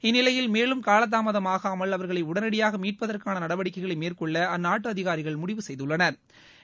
இந்நிலையில் மேலும் காலதாமதம் ஆகாமல் அவர்களை உடனடியாக மீட்பதற்கான நடவடிக்கைகளை மேற்கொள்ள அந்நாட்டு அதிகாரிகள் முடிவு செய்துள்ளனா்